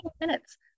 minutes